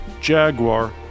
Jaguar